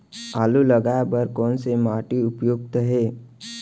आलू लगाय बर कोन से माटी उपयुक्त हे?